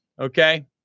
Okay